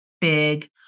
big